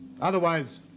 Otherwise